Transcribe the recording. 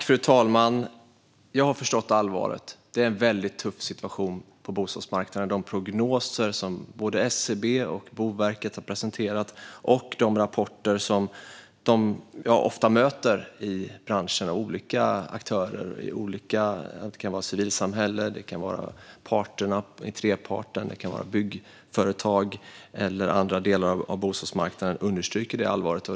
Fru talman! Jag har förstått allvaret. Det är en väldigt tuff situation på bostadsmarknaden. De prognoser som både SCB och Boverket har presenterat liksom de rapporter från olika aktörer i branschen som jag ofta möter - det kan vara civilsamhället, parterna i treparten, byggföretag eller aktörer från andra delar av bostadsmarknaden - understryker allvaret.